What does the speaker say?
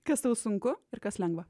kas tau sunku ir kas lengva